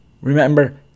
remember